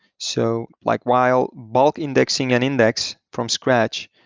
so like while bulk indexing and index from scratch,